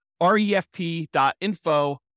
refp.info